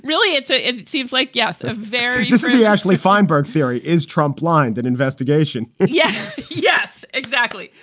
really, it's it it's it seems like. yes, a very this is ashley fineberg theory. is trump line that investigation? yeah. yes, exactly.